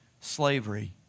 slavery